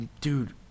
dude